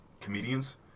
comedians